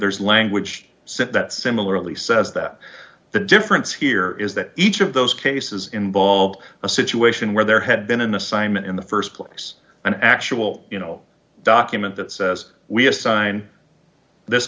there's language set that similarly says that the difference here is that each of those cases involved a situation where there had been an assignment in the st place an actual you know document that says we assign this